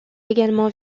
également